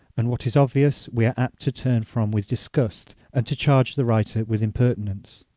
and what is obvious we are apt to turn from with disgust, and to charge the writer with impertinence.